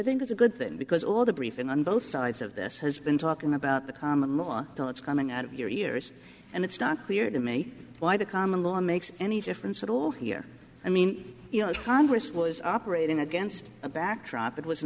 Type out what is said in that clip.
think is a good thing because all the briefing on both sides of this has been talking about the common law that's coming out of your years and it's not clear to me why the common law makes any difference at all here i mean you know congress was operating against a backdrop it was